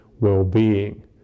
well-being